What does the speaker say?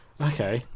Okay